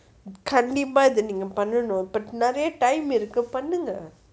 கண்டிப்பா இத நீங்க பண்ணனும் உங்களுக்கு:kandippa ithe nenga pannanum ungalukku time இருக்கு பண்ணுங்க:irukku pannungga